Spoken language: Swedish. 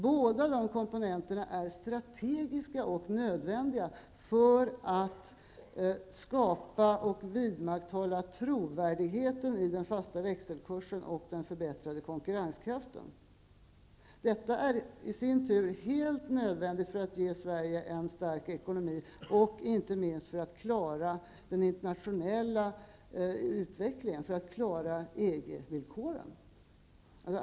Båda komponenterna är strategiska och nödvändiga för att skapa och vidmakthålla trovärdigheten i den fasta växelkursen och den förbättrade konkurrenskraften. Detta är i sin tur helt nödvändigt för att ge Sverige en stark ekonomi och inte minst för att vi skall klara den internationella utveklingen och EG-villkoren.